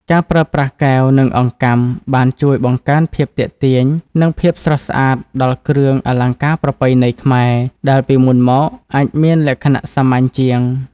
ការប្រើប្រាស់កែវ និងអង្កាំបានជួយបង្កើនភាពទាក់ទាញ និងភាពស្រស់ស្អាតដល់គ្រឿងអលង្ការប្រពៃណីខ្មែរ ដែលពីមុនមកអាចមានលក្ខណៈសាមញ្ញជាង។